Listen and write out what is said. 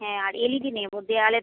হ্যাঁ আর L E D নেব দেওয়ালে